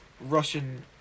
Russian